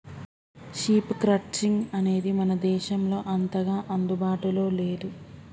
sheep crutching అనేది మన దేశంలో అంతగా అందుబాటులో లేదు